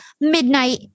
midnight